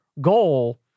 goal